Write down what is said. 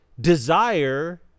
desire